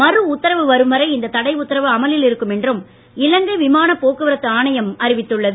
மறு உத்தரவு வரும் வரை இந்த தடை உத்தரவு அமலில் இருக்கும் என்றும் இலங்கை விமானப் போக்குவரத்து ஆணையம் அறிவித்துள்ளது